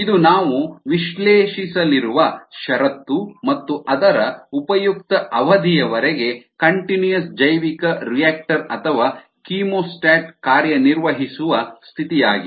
ಇದು ನಾವು ವಿಶ್ಲೇಷಿಸಲಿರುವ ಷರತ್ತು ಮತ್ತು ಅದರ ಉಪಯುಕ್ತ ಅವಧಿಯವರೆಗೆ ಕಂಟಿನ್ಯೂಸ್ ಜೈವಿಕರಿಯಾಕ್ಟರ್ ಅಥವಾ ಕೀಮೋಸ್ಟಾಟ್ ಕಾರ್ಯನಿರ್ವಹಿಸುವ ಸ್ಥಿತಿಯಾಗಿದೆ